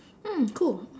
mm cool